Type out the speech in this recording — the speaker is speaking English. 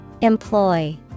Employ